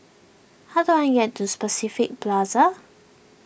how do I get to Specific Plaza